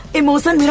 emotion